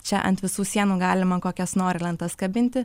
čia ant visų sienų galima kokias nori lentas kabinti